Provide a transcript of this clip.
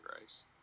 Rice